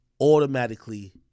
automatically